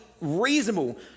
Reasonable